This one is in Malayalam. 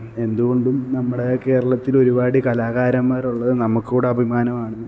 എന്തുകൊണ്ടും നമ്മുടെ കേരളത്തില് ഒരുപാട് കലാകാരന്മാരൊള്ളത് നമൂക്കൂടി അഭിമാനമാണ്